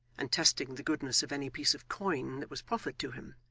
and testing the goodness of any piece of coin that was proffered to him,